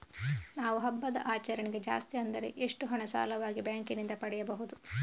ನಾವು ಹಬ್ಬದ ಆಚರಣೆಗೆ ಜಾಸ್ತಿ ಅಂದ್ರೆ ಎಷ್ಟು ಹಣ ಸಾಲವಾಗಿ ಬ್ಯಾಂಕ್ ನಿಂದ ಪಡೆಯಬಹುದು?